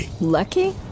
Lucky